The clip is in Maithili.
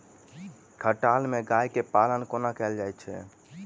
खटाल मे गाय केँ पालन कोना कैल जाय छै?